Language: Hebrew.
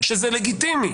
שזה לגיטימי.